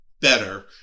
better